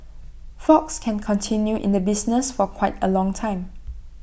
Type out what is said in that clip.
fox can continue in the business for quite A long time